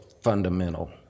fundamental